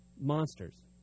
Monsters